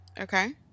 Okay